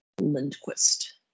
Lindquist